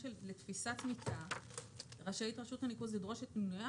לתפיסת צמיתה רשאית רשות הניקוז לדרוש את פינויים,